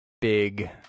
big